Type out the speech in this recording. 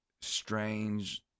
strange